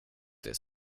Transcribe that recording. det